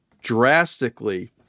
drastically